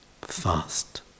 Fast